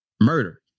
murder